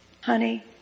Honey